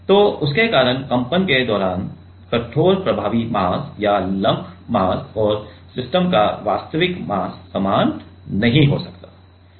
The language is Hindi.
तो उसके कारण कंपन के दौरान कठोर प्रभावी मास या लम्प मास और सिस्टम का वास्तविक मास समान नहीं हो सकता है